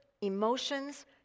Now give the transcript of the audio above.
emotions